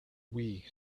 wii